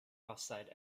offside